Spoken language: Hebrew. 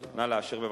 תודה.